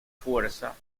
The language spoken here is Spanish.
fuerza